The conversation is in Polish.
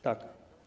Tak.